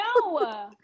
No